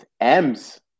M's